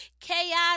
chaos